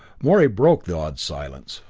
morey broke the awed silence.